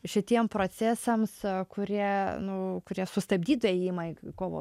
šitiem procesams kurie nu kurie sustabdytų ėjimą į kovo